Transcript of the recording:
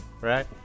Right